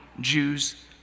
jews